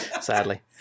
sadly